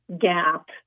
gap